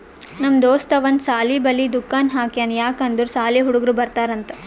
ನಮ್ ದೋಸ್ತ ಒಂದ್ ಸಾಲಿ ಬಲ್ಲಿ ದುಕಾನ್ ಹಾಕ್ಯಾನ್ ಯಾಕ್ ಅಂದುರ್ ಸಾಲಿ ಹುಡುಗರು ಬರ್ತಾರ್ ಅಂತ್